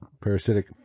Parasitic